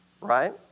right